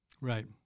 right